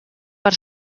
per